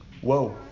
Whoa